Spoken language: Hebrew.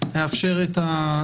להתחסן.